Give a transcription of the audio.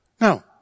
Now